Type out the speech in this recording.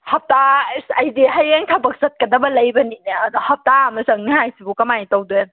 ꯍꯞꯇꯥ ꯏꯁ ꯑꯩꯗꯤ ꯍꯌꯦꯡ ꯊꯕꯛ ꯆꯠꯀꯗꯕ ꯂꯩꯕꯅꯤꯅꯦ ꯑꯗ ꯍꯞꯇꯥ ꯑꯃ ꯆꯪꯅꯤ ꯍꯥꯏꯁꯤꯕꯨ ꯀꯃꯥꯏꯅ ꯇꯧꯗꯣꯏꯅꯣ